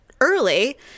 early